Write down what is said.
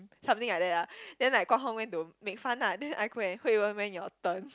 something like that lah then like Guang-Hong went to make fun lah then I go and Hui-Wen when your turn